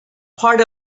part